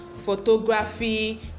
photography